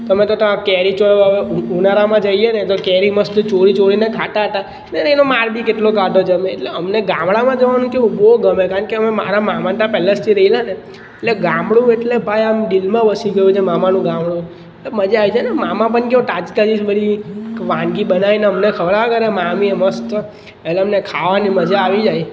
તો અમે તો ત્યાં કેરી ચોરવા ઉનાળામાં જઈએને એટલે કેરી મસ્ત ચોરી ચોરીને ખાતા હતા અને એતો માર બી કેટલો ખાધો છે મેં એ એટલે અમને ગામડામાં જવાનું કેવું બહુ ગમે કારણ કે મારા મામાને ત્યાં પહેલાં થી જ રહેલાને એટલે ગામડુ એટલે ભાઈ આમ દિલમાં વસી ગયું છે મામાનું ગામડું એ મજા આઈ જાયને મામા પણ કેવું વાનગી બનાઈને અમને ખવડાવે અને મામી મસ્ત એટલે અમને મજા આવી જાય